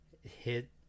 hit